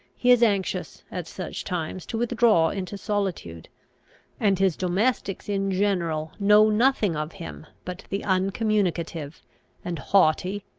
he is anxious at such times to withdraw into solitude and his domestics in general know nothing of him, but the uncommunicative and haughty,